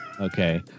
okay